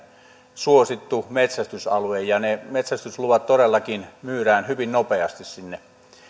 suosittu metsästysalue ja ne metsästysluvat todellakin myydään hyvin nopeasti sinne